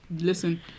listen